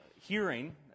hearing